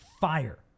fire